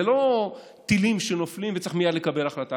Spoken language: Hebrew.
זה לא טילים שנופלים וצריך מייד לקבל החלטה.